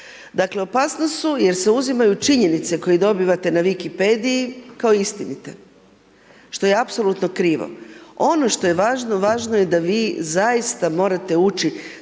Dakle, opasnost su jer se uzimaju činjenice, koje dobivate na Wikipediji kao istinite, što je apsolutno krivo. Ono što je važno, važno je da vi zaista, morate ući